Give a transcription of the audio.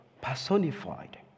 personified